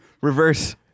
Reverse